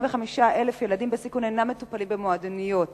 45,000 ילדים בסיכון אינם מטופלים במועדוניות.